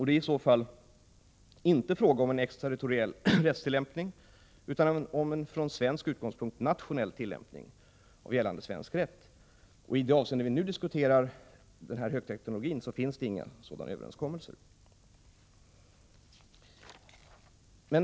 Det är iså fall inte fråga om en exterritoriell rättstillämpning utan om en från svensk utgångspunkt nationell tillämpning av gällande svensk rätt. I det avseende vi nu diskuterar, när det gäller högteknologin, finns det inga sådana överenskommelser.